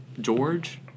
George